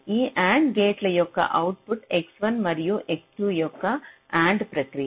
ఈ AND gate యొక్క output X1 మరియు X2 యొక్క AND ప్రక్రియ